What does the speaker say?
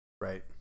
Right